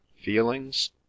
Feelings